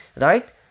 Right